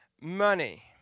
money